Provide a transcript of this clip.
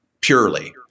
purely